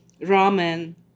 ramen